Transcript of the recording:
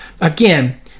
Again